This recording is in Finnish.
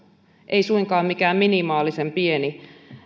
ei suinkaan mikään minimaalisen pieni